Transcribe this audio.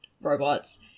robots